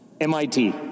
MIT